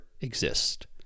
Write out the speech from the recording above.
exist